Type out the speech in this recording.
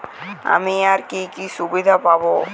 আমি আর কি কি সুবিধা পাব?